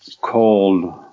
called